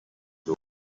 dur